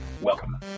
Welcome